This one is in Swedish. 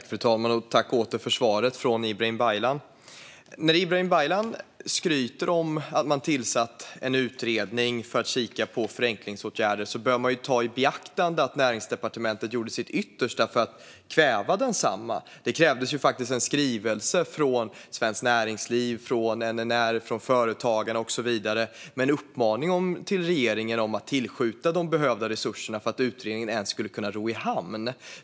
Fru talman! Jag vill återigen tacka Ibrahim Baylan för svaret. När Ibrahim Baylan skryter om att man har tillsatt en utredning för att kika på förenklingsåtgärder bör vi ha i minnet att Näringsdepartementet gjorde sitt yttersta för att kväva densamma. Det krävdes faktiskt en skrivelse från Svenskt Näringsliv, NNR, Företagarna och så vidare med en uppmaning till regeringen att tillskjuta de resurser som behövdes för att utredningen ens skulle kunna komma i hamn.